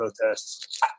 protests